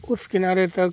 उस किनारे तक